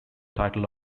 title